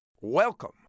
Welcome